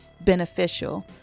beneficial